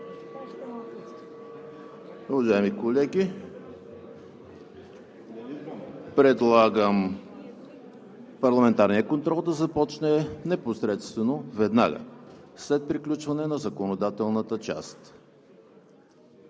Уважаеми колеги, предлагам парламентарният контрол да започне непосредствено, веднага след приключване на законодателната част.